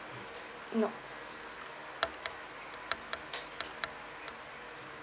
nope